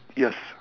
yes